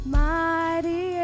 mighty